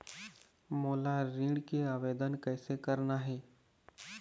मोला ऋण के आवेदन कैसे करना हे?